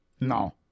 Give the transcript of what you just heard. No